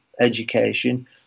education